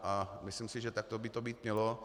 A myslím si, že takto by to být mělo.